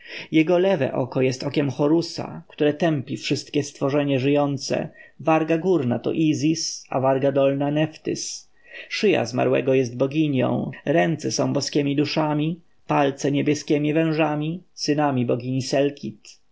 jego lewe oko jest okiem horusa które tępi wszystkie stworzenia żyjące warga górna to izis a warga dolna neftys szyja zmarłego jest boginią ręce są boskiemi duszami palce niebieskiemi wężami synami bogini